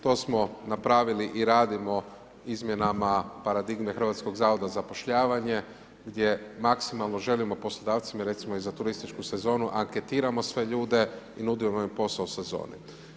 To smo napravili i radimo izmjenama paradigme Hrvatskog zavoda za zapošljavanje gdje maksimalno želimo poslodavcima recimo i za turističku sezonu, anketiramo sve ljude i nudimo im posao u sezoni.